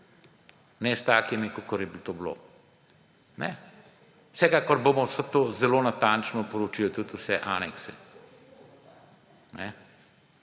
Ne s takšnimi, kot je to bilo. Vsekakor bomo vse to zelo natančno proučili, tudi vse anekse.